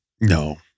No